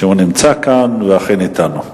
שנמצא כאן והוא אכן אתנו.